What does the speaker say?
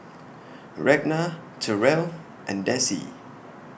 Ragna Terell and Dessie